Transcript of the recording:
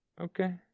Okay